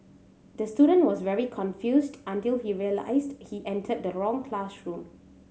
the student was very confused until he realised he entered the wrong classroom